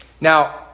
Now